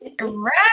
right